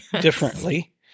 differently